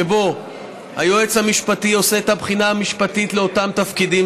שבו היועץ המשפטי עושה את הבחינה המשפטית לאותם תפקידים,